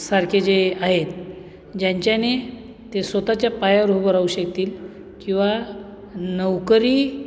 सारखे जे आहेत ज्यांच्याने ते स्वत च्या पायावर उभं राहू शकतील किंवा नौकरी